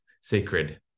sacred